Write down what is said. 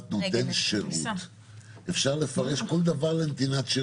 נותן שירות אפשר לפרש כל דבר לנתינת שירות.